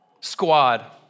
squad